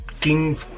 king